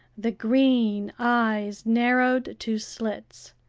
the green eyes narrowed to slits,